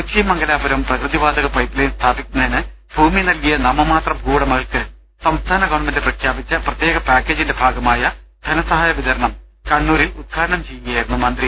കൊച്ചി മംഗലാപുരം പ്രകൃതി വാതക pipeline സ്ഥാപിക്കുന്നതിന് ഭൂമി നൽകിയ നാമമാത്ര ഭൂവുടമകൾക്ക് സംസ്ഥാന ഗവൺമെന്റ് പ്രഖ്യാപിച്ച പ്രത്യേക പാക്കേജിന്റെ ഭാഗമായ ധനസഹായ വിതരണം കണ്ണൂരിൽ ഉദ്ഘാടനം ചെയ്ത് സംസാരിക്കുകയായിരുന്നു മന്ത്രി